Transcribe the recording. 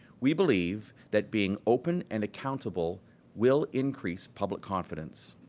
we believe that being open and accountable will increase public confidence.